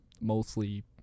mostly